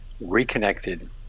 reconnected